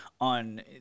on